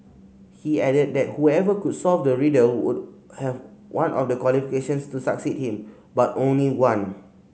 he added that whoever could solve the riddle would have one of the qualifications to succeed him but only one